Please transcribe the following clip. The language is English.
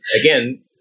Again